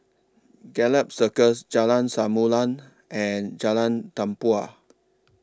Gallop Circus Jalan Samulun and Jalan Tempua